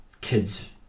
Kids